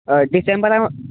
हय डिसेंबरान